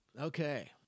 Okay